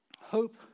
Hope